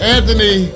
Anthony